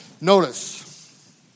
Notice